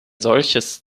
solches